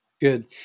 Good